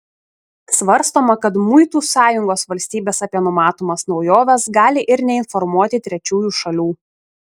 svarstoma kad muitų sąjungos valstybės apie numatomas naujoves gali ir neinformuoti trečiųjų šalių